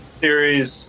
series